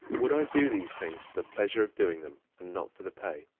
would i do these things for the pleasure of doing them not for the pay?